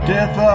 Death